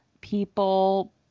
people